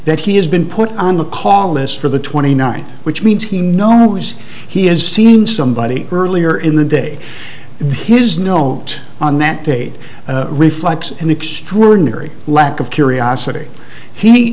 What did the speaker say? that he has been put on the call list for the twenty ninth which means he knows he has seen somebody earlier in the day the his no on that day reflects an extraordinary lack of curiosity he